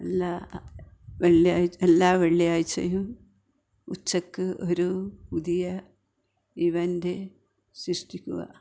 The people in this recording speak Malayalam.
എല്ലാ വെള്ളിയാഴ്ചയും ഉച്ചയ്ക്ക് ഒരു പുതിയ ഇവൻറ്റ് സൃഷ്ടിക്കുക